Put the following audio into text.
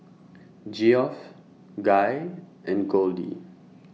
Geoff Guy and Goldie